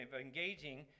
engaging